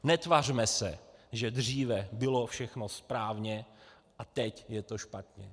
Netvařme se, že dříve bylo všechno správně a teď je to špatně.